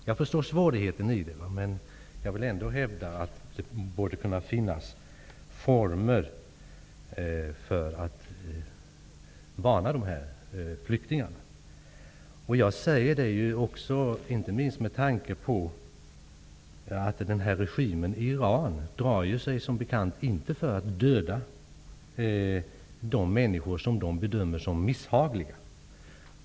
Jag förstår svårigheten i det, men jag vill ändå hävda att det borde finnas former för att varna dessa flyktingar. Det säger jag inte minst med tanke på att regimen i Iran som bekant inte drar sig för att döda de människor som man bedömer som misshagliga.